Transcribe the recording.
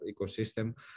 ecosystem